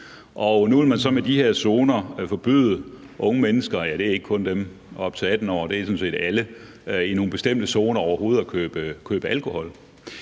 nu vil man så med de her zoner forbyde unge mennesker – ja, det er ikke kun dem op til 18 år; det er sådan set alle i nogle bestemte zoner – overhovedet at købe alkohol.